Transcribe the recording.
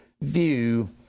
view